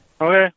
okay